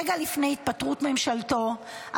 רגע לפני התפטרות ממשלתו,